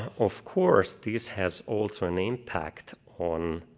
of course this has also an impact on